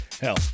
hell